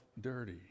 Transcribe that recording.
dirty